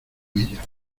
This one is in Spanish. ella